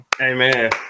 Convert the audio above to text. amen